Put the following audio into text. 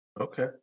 Okay